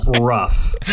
rough